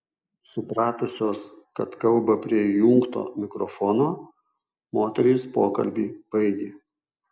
supratusios kad kalba prie įjungto mikrofono moterys pokalbį baigė